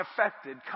affected